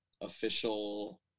official